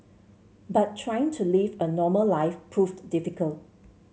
but trying to live a normal life proved difficult